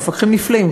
הם מפקחים נפלאים,